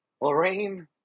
Lorraine